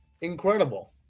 Incredible